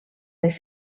les